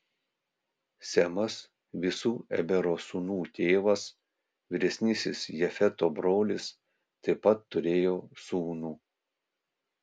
semas visų ebero sūnų tėvas vyresnysis jafeto brolis taip pat turėjo sūnų